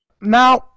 Now